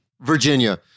Virginia